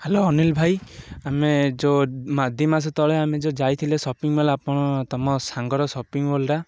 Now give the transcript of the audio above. hello Anil ଭାଇ ଆମେ ଯେଉଁ ଦୁଇ ମାସ ତଳେ ଆମେ ଯେଉଁ ଯାଇଥିଲେ ସପିଙ୍ଗ ମଲ୍ ଆପଣ ତୁମ ସାଙ୍ଗର ସପିଂ ମଲ୍ଟା